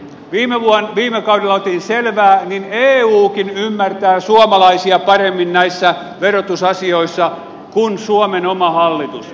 kun viime kaudella otin tästä selvää niin eukin ymmärtää suomalaisia paremmin näissä verotusasioissa kuin suomen oma hallitus